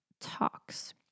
talks